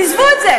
עזבו את זה.